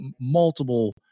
multiple